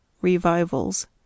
Revivals